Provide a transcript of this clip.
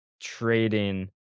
trading